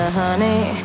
honey